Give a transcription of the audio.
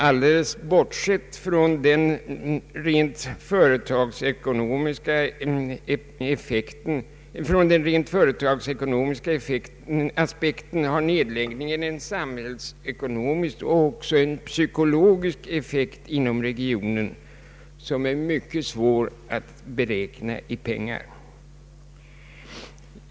Helt bortsett från den rent företagsekonomiska aspekten har nedläggningen en samhällsekonomisk och även en psykologisk effekt inom regionen, vilken är mycket svår att beräkna i pengar.